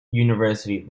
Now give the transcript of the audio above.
university